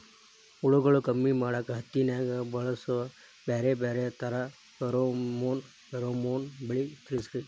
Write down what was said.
ಹುಳುಗಳು ಕಮ್ಮಿ ಮಾಡಾಕ ಹತ್ತಿನ್ಯಾಗ ಬಳಸು ಬ್ಯಾರೆ ಬ್ಯಾರೆ ತರಾ ಫೆರೋಮೋನ್ ಬಲಿ ತಿಳಸ್ರಿ